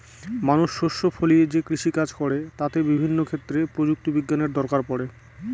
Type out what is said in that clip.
মানুষ শস্য ফলিয়ে যে কৃষিকাজ করে তাতে বিভিন্ন ক্ষেত্রে প্রযুক্তি বিজ্ঞানের দরকার পড়ে